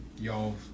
Y'all